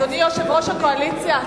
אדוני היושב-ראש הקואליציה,